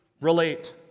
relate